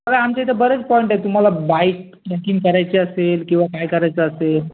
आमच्या इथे बरेच पॉइंट आहे तुम्हाला बाईक ट्रॅकिंग करायची असेल किंवा काय करायचं असेल